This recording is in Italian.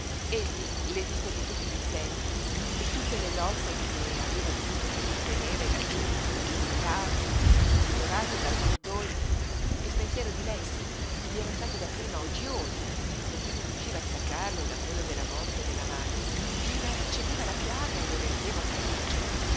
egli le disse anche tutti gli stenti tutte le lotte che aveva dovuto sostenere laggiú pur disperato divorato dal cordoglio il pensiero di lei sí gli era stato dapprima odioso perché non riusciva a staccarlo da quello della morte della madre gl'inacerbiva la piaga e lo rendeva feroce